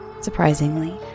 Surprisingly